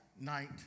night